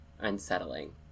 unsettling